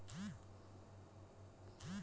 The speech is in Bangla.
যে ছব বাজার গুলাতে পইসার ব্যবসা ক্যরে